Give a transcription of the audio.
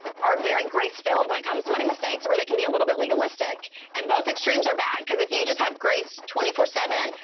are very grace-filled when it comes to money, mistakes, or they can be a little bit legalistic and both extremes are bad because if you just have grace twenty four seven,